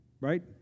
Right